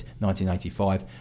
1985